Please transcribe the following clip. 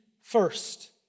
first